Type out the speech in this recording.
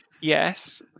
Yes